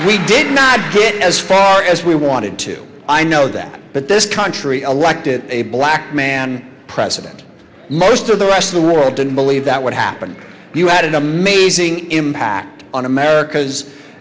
we did not get as far as we wanted to i know that but this country elected a black man president most of the rest of the world didn't believe that what happened you had an amazing impact on america's